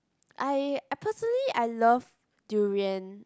I I personally I love durian